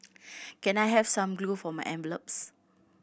can I have some glue for my envelopes